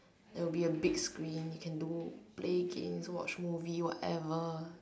there will be a big screen you can do play games watch movie whatever then the whole floor is uh bed or something